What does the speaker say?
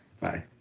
Bye